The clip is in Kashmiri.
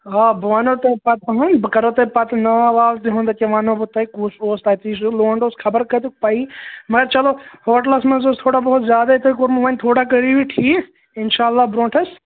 آ بہٕ وَنہو تۄہہِ پَتہٕ پَہَن بہٕ کَرہو تۄہہِ پَتہٕ ناو واو تِہُنٛد أکہِ ونہو بہٕ تۄہہِ کُس اوس تتہِ سُہ لونٛڈٕ اوس خَبر کَتیُک پَیی مگر چلو ہوٹلَس مَنٛز اوس تھوڑا بہت زیادے تۄہہِ کوٚرمُت وۅنۍ تھورا کٔرۍہیٖو یہِ ٹھیٖک اِنشاء اللہ برٛونٛٹھَس